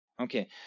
Okay